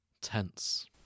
tense